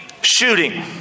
shooting